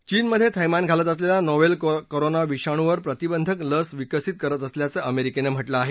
चीनमधे थैमान घालत असलेल्या नोवेल कोरोना विषाणूवर प्रतिबंधक लस विकसित करत असल्याचं अमेरिकेनं म्हटलं आहे